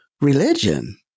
religion